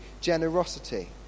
generosity